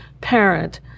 parent